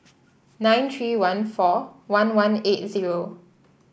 nine three one four one one eight zero